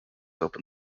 open